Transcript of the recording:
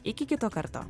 iki kito karto